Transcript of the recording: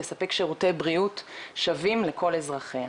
תספק שרותי בריאות שווים לכל אזרחיה.